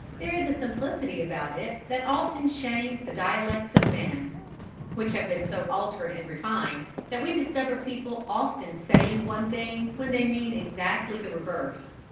there is a simplicity about it that often shames the dialects of man which have been so altered and refined that we discover people often saying one thing when they mean exactly the reverse.